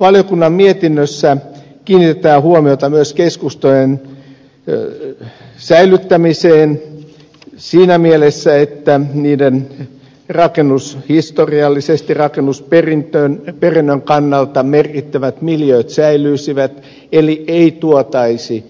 valiokunnan mietinnössä kiinnitetään huomiota myös keskustojen säilyttämiseen siinä mielessä että rakennushistoriallisesti rakennusperinnön kannalta merkittävät miljööt säilyisivät eli ei tuotaisi